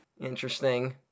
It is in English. Interesting